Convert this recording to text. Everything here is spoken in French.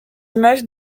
images